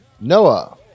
Noah